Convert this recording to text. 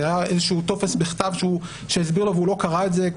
היה איזשהו טופס בכתב שהסביר לו והוא לא קרא את זה,